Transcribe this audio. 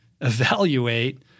evaluate-